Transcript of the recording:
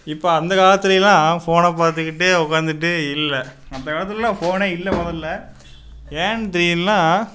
இப்போ அந்த காலத்திலேலாம் ஃபோனை பார்த்துக்கிட்டே உக்காந்துட்டு இல்லை அந்த காலத்திலலாம் ஃபோனே இல்லை முதல்ல ஏன்னு தெரியிலைனா